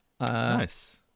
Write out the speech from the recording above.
Nice